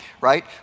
right